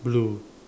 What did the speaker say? blue